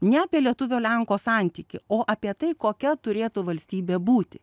ne apie lietuvio lenko santykį o apie tai kokia turėtų valstybė būti